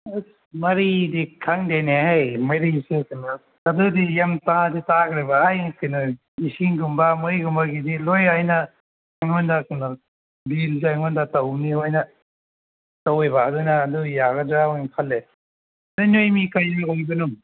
ꯑꯁ ꯃꯔꯤꯗꯤ ꯈꯪꯗꯦꯅꯦꯍꯦ ꯃꯔꯤꯁꯦ ꯀꯩꯅꯣ ꯑꯗꯨꯗꯤ ꯌꯥꯝ ꯇꯥꯗꯤ ꯇꯥꯈ꯭ꯔꯦꯕ ꯑꯩ ꯀꯩꯅꯣ ꯏꯁꯤꯡꯒꯨꯝꯕ ꯃꯩꯒꯨꯝꯕꯒꯤꯗꯤ ꯂꯣꯏ ꯑꯩꯅ ꯑꯩꯉꯣꯟꯗ ꯀꯩꯅꯣ ꯕꯤꯜꯗꯨ ꯑꯩꯉꯣꯟꯗ ꯇꯧꯅꯤ ꯑꯣꯏꯅ ꯇꯧꯋꯦꯕ ꯑꯗꯨꯅ ꯌꯥꯒꯗ꯭ꯔꯥ ꯑꯣꯏꯅ ꯈꯜꯂꯦ ꯅꯣꯏꯅꯣꯏ ꯃꯤ ꯀꯌꯥ ꯑꯣꯏꯕꯅꯣ